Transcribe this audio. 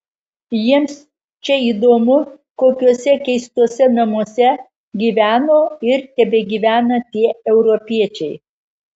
jiems čia įdomu kokiuose keistuose namuose gyveno ir tebegyvena tie europiečiai